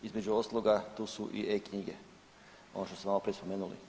Između ostaloga tu su i e-knjige, ono što ste malo prije spomenuli.